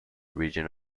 region